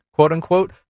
quote-unquote